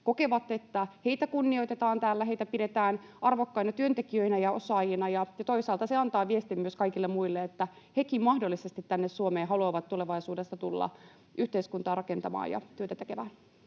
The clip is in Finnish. kokevat, että heitä kunnioitetaan täällä, heitä pidetään arvokkaina työntekijöinä ja osaajina. Toisaalta se antaa viestin myös kaikille muille, että hekin mahdollisesti tänne Suomeen haluavat tulevaisuudessa tulla yhteiskuntaa rakentamaan ja työtä tekemään.